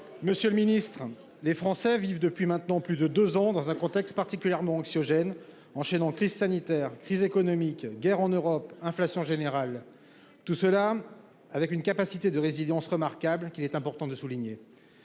Monsieur le ministre, les Français vivent depuis maintenant plus de deux ans dans un contexte particulièrement anxiogène, enchaînant crise sanitaire, crise économique, guerre en Europe et inflation générale, tout cela avec une remarquable capacité de résilience, qu'il est important de souligner.